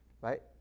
right